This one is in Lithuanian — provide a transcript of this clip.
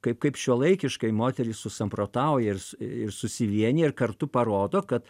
kaip kaip šiuolaikiškai moterys susamprotauja ir ir susivienija ir kartu parodo kad